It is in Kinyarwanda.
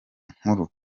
nkuru